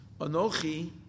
Anochi